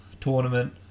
tournament